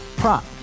prop